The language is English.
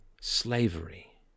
slavery